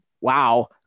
wow